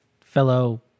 fellow